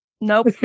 Nope